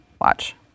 Watch